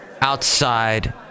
outside